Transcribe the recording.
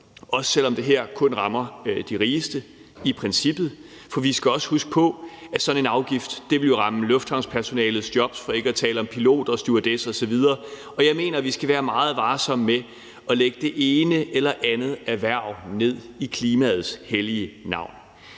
også selv om det her i princippet kun rammer de rigeste. For vi skal også huske på, at sådan en afgift jo vil ramme lufthavnspersonalets jobs, for ikke at tale om piloternes og stewardessernes osv., og jeg mener, at vi skal være meget varsomme med at lægge det ene eller det andet erhverv ned i klimaets hellige navn.